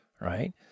Right